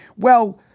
well,